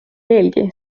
veelgi